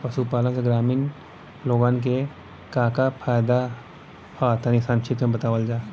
पशुपालन से ग्रामीण लोगन के का का फायदा ह तनि संक्षिप्त में बतावल जा?